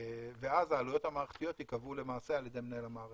ואז רוב העלויות המערכתיות ייקבעו למעשה על ידי מנהל המערכת.